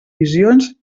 visions